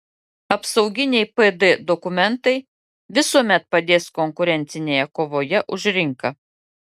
apsauginiai pd dokumentai visuomet padės konkurencinėje kovoje už rinką